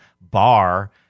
bar